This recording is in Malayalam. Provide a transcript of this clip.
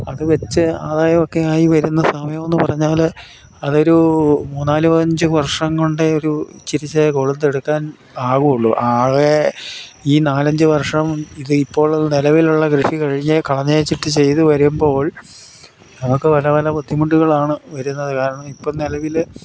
അത് വച്ചു ആദായമൊക്കെ ആയി വരുന്ന സമയം എന്നു പറഞ്ഞാൽ അതൊരൂ മൂന്ന് നാല് പതിനഞ്ച് വർഷം കൊണ്ടേ ഒരു ഇച്ചരിച്ചേ കൊടുത്ത് എടുക്കാൻ ആകുകയുള്ളു ആകെ ഈ നാല് അഞ്ച് വർഷം ഇത് ഇപ്പോൾ നിലവിലുള്ള കൃഷി കഴിഞ്ഞു കളഞ്ഞേച്ചിട്ട് ചെയ്തു വരുമ്പോൾ നമുക്ക് പല പല ബുദ്ധിമുട്ടുകളാണ് വരുന്നത് കാരണം ഇപ്പം നിലവിൽ